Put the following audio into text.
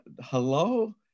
hello